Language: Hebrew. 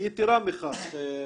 יתרה מכך,